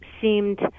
seemed